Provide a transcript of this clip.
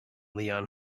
leon